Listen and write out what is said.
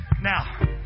Now